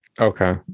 Okay